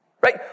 Right